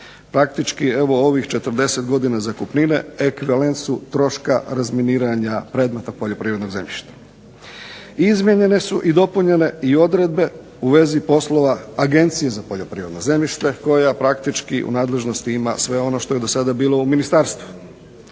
Praktički evo ovih 40 godina zakupnine ekvivalent su troška razminiranja predmeta poljoprivrednog zemljišta. Izmijenjene su i dopunjene i odredbe u vezi poslova Agencije za poljoprivredno zemljište koja praktički u nadležnosti ima sve ono što je dosada bilo u ministarstvu.